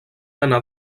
anar